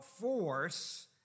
force